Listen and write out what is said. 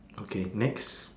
okay next